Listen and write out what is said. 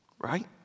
Right